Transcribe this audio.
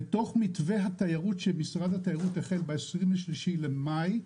בתוך מתווה התיירות שמשרד התיירות החל ב-23 במאי,